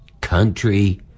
country